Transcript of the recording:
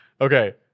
Okay